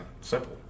Simple